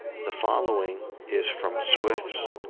the following is from swift's